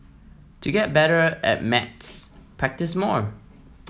to get better at maths practise more